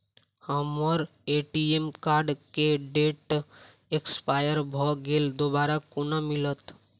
हम्मर ATM card केँ date expire भऽ गेल दोबारा कोना मिलत?